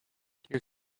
you